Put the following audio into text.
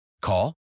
Call